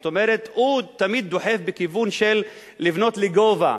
זאת אומרת, הוא תמיד דוחף בכיוון של לבנות לגובה.